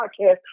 podcast